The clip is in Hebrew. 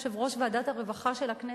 יושב-ראש ועדת הרווחה של הכנסת,